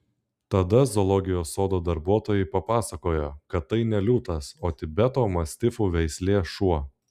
tada zoologijos sodo darbuotojai papasakojo kad tai ne liūtas o tibeto mastifų veislė šuo